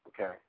Okay